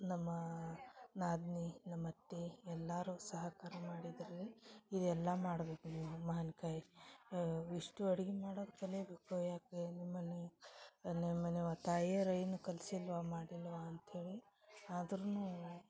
ನಮ್ಮ ನಾದ್ನಿ ನಮ್ಮ ಅತ್ತಿ ಎಲ್ಲಾರು ಸಹಕಾರ ಮಾಡಿದ್ರ ರೀ ಇದೆಲ್ಲ ಮಾಡೋದಕ್ಕೆ ಮಾನ್ ಕಾಯ್ ಇಷ್ಟು ಅಡ್ಗಿ ಮಾಡೋದು ಕಲಿಯಬೇಕು ಯಾಕೆ ನಿಮ್ಮ ಮನೆ ನಿಮ್ಮ ಮನೆ ತಾಯಿಯವ್ರ ಏನು ಕಲ್ಸಿಲ್ಲವಾ ಮಾಡಿಲ್ಲವಾ ಅಂತೇಳಿ ಆದರೂನು